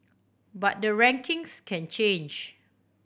but the rankings can change